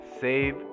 save